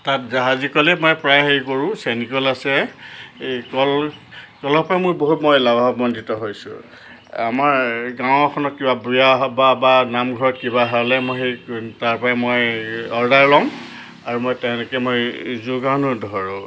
তাত জাহাজী কলেই মই প্ৰায় হেৰি কৰোঁ চেনিকল আছে এই কল কলৰ পৰাই বহুত মই লাভৱান্বিত হৈছোঁ আমাৰ গাঁও এখনত কিবা বিয়া সবাহ বা নামঘৰত কিবা হ'লে মই সেই তাৰ পৰাই মই অৰ্ডাৰ লওঁ আৰু মই তেনেকৈ মই যোগানো ধৰোঁ